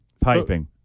Piping